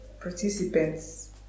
participants